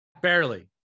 barely